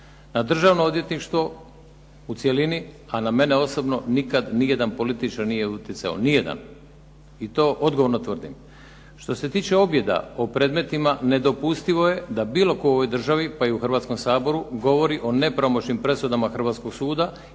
Na Državno odvjetništvo u cjelini, a na mene osobno nikad nijedan političar nije utjecao, nijedan i to odgovorno tvrdim. Što se tiče objeda o predmetima, nedopustivo je da bilo tko u ovoj državi, pa i u Hrvatskom saboru govori o nepravomoćnim presudama hrvatskog suda,